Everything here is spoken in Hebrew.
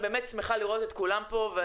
אני באמת שמחה לראות את כולם פה,